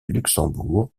luxembourg